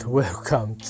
welcome